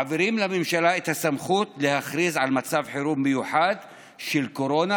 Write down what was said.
מעבירים לממשלה את הסמכות להכריז על מצב חירום מיוחד של קורונה,